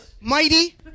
Mighty